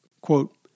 quote